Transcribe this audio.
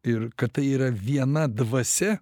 ir kad tai yra viena dvasia